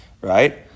Right